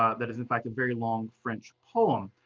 ah that is in fact, a very long french poem.